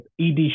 ED